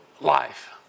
life